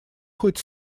хоть